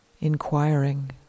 inquiring